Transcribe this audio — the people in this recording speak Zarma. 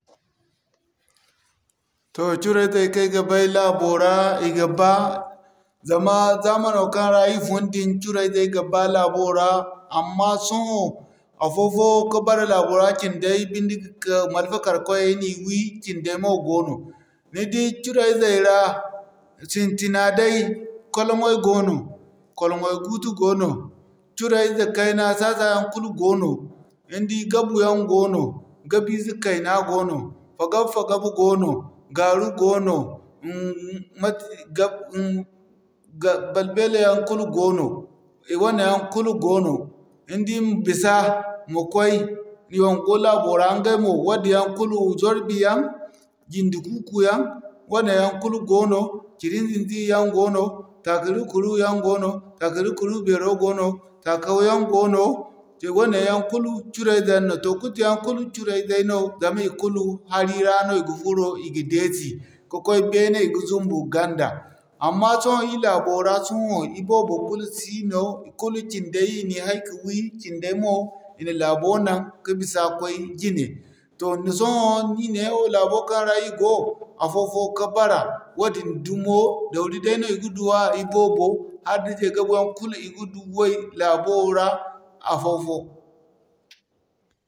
Toh Curaizey kaŋ ay ga bay laabo ra i ga ba, zama zamano kaŋ ra ir funu din Curaizey ga ba laabo ra amma sohõ afo-fo ka bara laabo ra cindey binde ka, malfa kar kwayay na i wi, cinday mo goono. Ni di curaizey ra, sintina day kwalŋay goono, kwalŋay-guutu goono, curaizey kayna zaza yaŋ kulu goono, ni di gabu yaŋ goono, gabu ize kayna goono. Fagab-fagab goono, gaaru goono, mate gabu balbeela yaŋ kulu goono, i wane yaŋ kulu goono. Ni di ma bisa, ma koy yongo laabo ra, ɲgay mo wadin yaŋ kulu, zorbi yaŋ, jinde kuuku yaŋ, wane yaŋ kulu goono ciri zinzi yaŋ goono, takaru-karu yaŋ goono, takaru-karu beero goono, takau yaŋ goono, ce wane yaŋ kulu curaizey yaŋ no. Toh kuti yaŋ kulu curaizey no, zama i kulu hari ra no i ga furo i ga deesi ka'koy beene i ga zumbu ganda. Amma sohõ ir laabo ra sohõ iboobo kulu si no, ikulu cinday i ni hay ka wi, cinday mo i na laabo naŋ, ka bisa ka'koy jine. Toh sohõ ni di neewo laabo kaŋ ra ir go afo-fo ka bara wadin dumo, dauri dayno i ga duwa iboobo hala da je gabuyaŋ kulu i ga duway laabo ra, afo-fo.